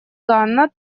ганой